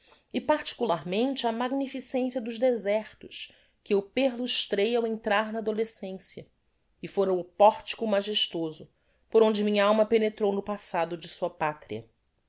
e particularmente a magnificencia dos desertos que eu perlustrei ao entrar na adolescencia e foram o portico magestoso por onde minh'alma penetrou no passado de sua patria